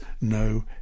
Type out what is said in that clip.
no